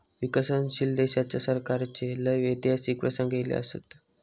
विकसनशील देशाच्या सरकाराचे लय ऐतिहासिक प्रसंग ईले असत